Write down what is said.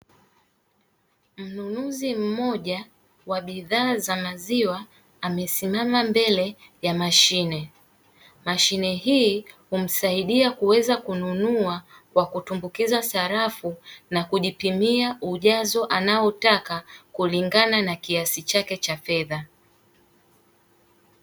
Mnunuzi mmoja wa bidhaa za maziwa amesimama mbele ya mashine, mashine hii humsaidia kuweza kununua kwa kutumbukiza sarafu na kujipimia ujazo anaoutaka kulingana na kiasi chake cha fedha.